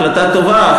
החלטה טובה,